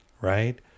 right